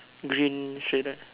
green shirt right